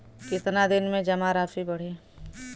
कितना दिन में जमा राशि बढ़ी?